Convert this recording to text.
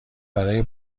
برای